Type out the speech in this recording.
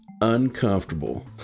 uncomfortable